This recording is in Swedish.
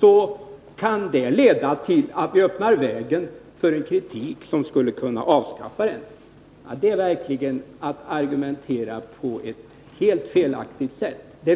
så kan det leda till att vi öppnar vägen för en kritik som skulle kunna avskaffa denna paragraf. Det är verkligen att argumentera på ett helt felaktigt sätt.